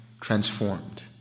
transformed